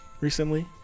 Recently